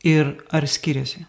ir ar skiriasi